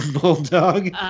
Bulldog